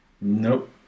Nope